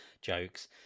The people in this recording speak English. jokes